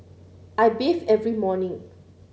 I bathe every morning